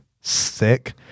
sick